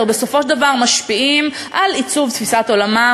בסופו של דבר משפיעים על עיצוב תפיסת עולמם,